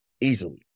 easily